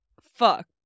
Fuck